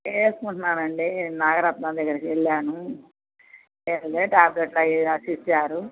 వేసుకుంటున్నానండి నాగరత్నం దగ్గరికి వెళ్ళాను టాబ్లెట్లు అవి ఇవి రాసి ఇచ్చారు